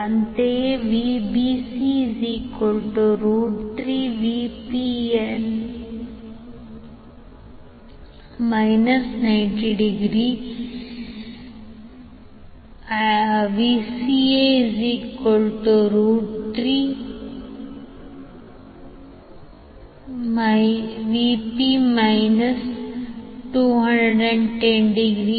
ಅಂತೆಯೇ Vbc3Vp∠ 90°Vca3Vp∠ 210°